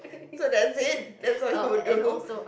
so that's it that's what you will do